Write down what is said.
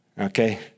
okay